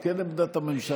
או שזו כן עמדת הממשלה?